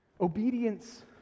Obedience